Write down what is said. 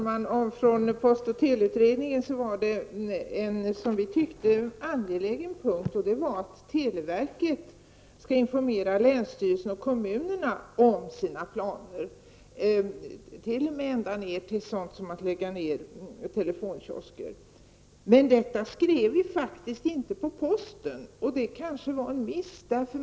Herr talman! Jag kan informera om att en i postoch teleutredningen angelägen fråga var att televerket skall informera länsstyrelserna och kommunerna om sina planer, t.o.m. ända ned till sådant som att lägga ned telefonkiosker. Men motsvarande krav skrev vi faktiskt inte in när det gällde posten, och det var kanske en miss.